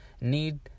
need